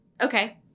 okay